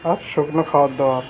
আর শুকনো খাবার দাবার